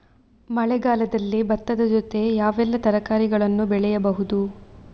ಮಳೆಗಾಲದಲ್ಲಿ ಭತ್ತದ ಜೊತೆ ಯಾವೆಲ್ಲಾ ತರಕಾರಿಗಳನ್ನು ಬೆಳೆಯಬಹುದು?